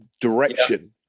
direction